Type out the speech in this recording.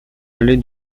aller